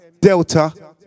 Delta